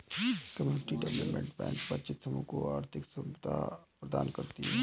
community development bank वंचित समूह को आर्थिक सुविधा प्रदान करती है